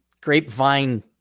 grapevine